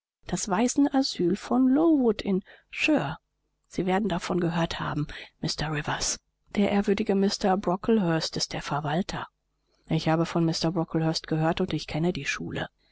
das waisenasyl von lowood in shire sie werden davon gehört haben mr rivers der ehrwürdige mr brocklehurst ist der verwalter ich habe von mr brocklehurst gehört und ich kenne die schule